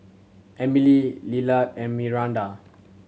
Emilie Lillard and Myranda